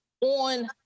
on